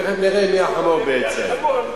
תיכף נראה מי החמור, בעצם.